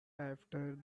after